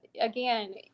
Again